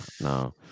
No